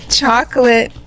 chocolate